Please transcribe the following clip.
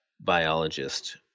biologist